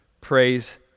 Praise